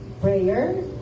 Prayer